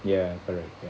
ya correct ya